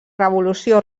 revolució